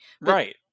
Right